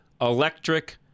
Electric